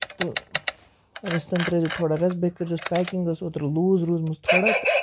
تہٕ رِستن ترٲزیو رَس بیٚیہِ کٔرزِہوس پیکِنگ حظ ٲس اوترٕ لوٗز روٗزمٕژ تھوڑا